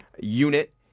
unit